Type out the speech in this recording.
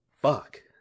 Fuck